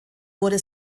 wurde